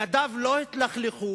ידיו לא התלכלכו,